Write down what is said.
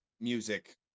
music